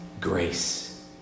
grace